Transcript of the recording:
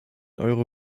euro